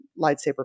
lightsaber